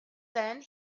then